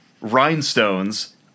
rhinestones